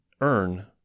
earn